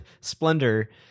splendor